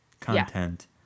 content